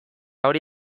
hori